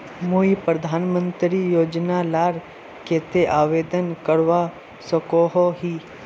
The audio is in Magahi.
मुई प्रधानमंत्री योजना लार केते आवेदन करवा सकोहो ही?